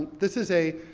this is a,